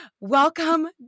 Welcome